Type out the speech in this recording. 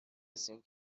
هستیم